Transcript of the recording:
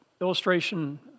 illustration